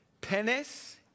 Penis